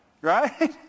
Right